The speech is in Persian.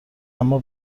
اما